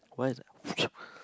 what is a